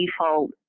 default